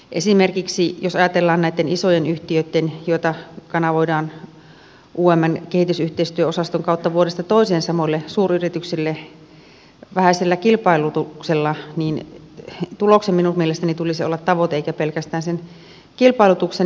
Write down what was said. esimerkiksi jos ajatellaan näitä isoja yhtiöitä samoille suuryrityksille kanavoidaan umn kehitysyhteistyöosaston kautta vuodesta toiseen vähäisellä kilpailutuksella niin tuloksen minun mielestäni tulisi olla tavoite eikä pelkästään sen kilpailutuksen